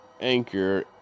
Anchor